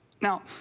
Now